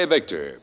Victor